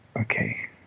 Okay